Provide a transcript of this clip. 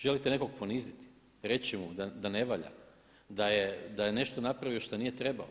Želite nekog poniziti, reći mu da ne valja, da je nešto napravio što nije trebalo.